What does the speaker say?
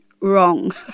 wrong